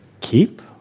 keep